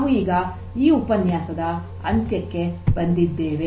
ನಾವು ಈಗ ಈ ಉಪನ್ಯಾಸದ ಅಂತ್ಯಕ್ಕೆ ಬಂದಿದ್ದೇವೆ